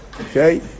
Okay